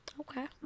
Okay